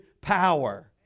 power